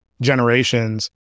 generations